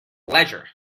leisure